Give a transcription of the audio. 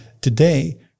today